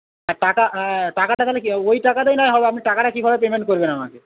হ্যাঁ টাকা হ্যাঁ টাকাটা তাহলে কি হবে ওই টাকাটাই না হয় হবে আপনি টাকাটা কিভাবে পেমেন্ট করবেন আমাকে